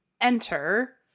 enter